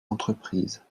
entreprises